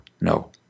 No